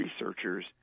researchers